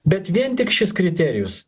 bet vien tik šis kriterijus